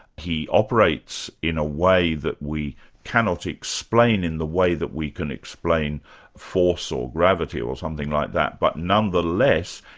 he operates in a way that we cannot explain in the way that we can explain force or gravity or something like that, but nonetheless,